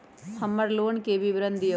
हमर लोन के विवरण दिउ